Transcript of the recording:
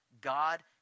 God